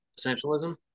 Essentialism